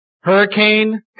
Hurricane